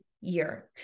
year